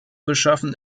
beschaffen